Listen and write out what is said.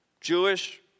Jewish